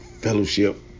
fellowship